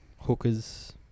Hookers